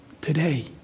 today